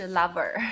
lover